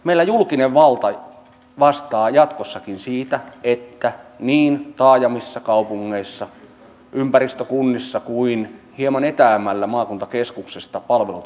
meillä julkinen valta vastaa jatkossakin siitä että niin taajamissa kaupungeissa ympäristökunnissa kuin hieman etäämmällä maakuntakeskuksesta palvelut ovat saatavilla